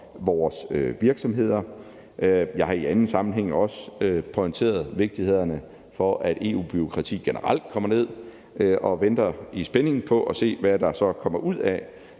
vores virksomheder. Jeg har i anden sammenhæng også pointeret vigtigheden af, at EU-bureaukratiet generelt kommer ned, og venter i spænding på at se, hvad der så kommer ud af,